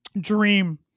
dream